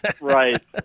Right